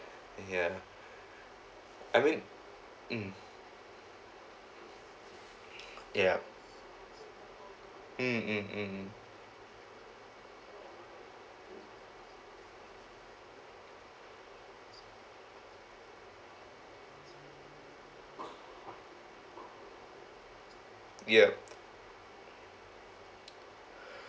ya I mean mm yup mm mm mm mm yup